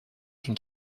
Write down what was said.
can